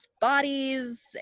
bodies